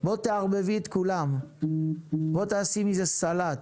תערבבי את כולם, בואי תעשי מזה סלט.